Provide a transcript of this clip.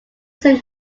some